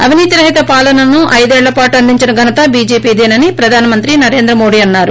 అవినీతి రహిత పాలనను అయిదేళ్ళ పాటు అందించిన ఘనత బీజేపిదేనని ప్రధానమంత్రి నరేంద్ర మోడీ అన్నారు